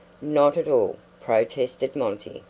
not at all, protested monty,